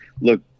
look